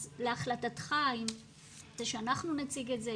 אז להחלטתך אם אתה רוצה שאנחנו נציג את זה,